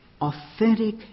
authentic